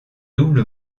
double